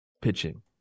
pitching